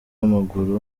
w’amaguru